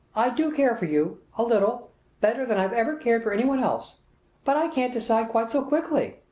i do care for you a little better than i've ever cared for any one else but i can't decide quite so quickly.